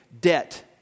debt